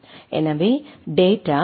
எனவே data L